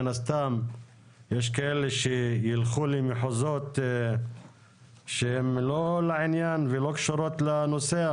מן הסתם יש כאלה שילחו למחוזות שהם לא לעניין ולא קשורות לנושא,